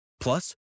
Plus